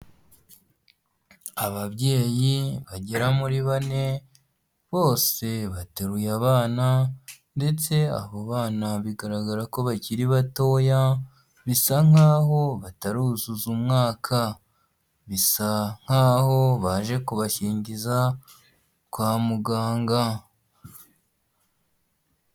Ababyeyi bagera muri bane, bose bateruye abana ndetse abo bana bigaragara ko bakiri batoya bisa nkaho bataruzuza umwaka, bisa nkaho baje kubakingiza kwa muganga.